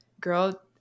girl